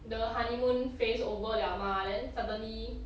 the honeymoon phase over 了 mah then suddenly